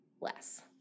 less